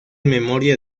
memoria